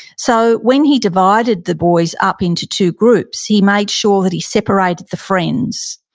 so, when he divided the boys up into two groups, he made sure that he separated the friends.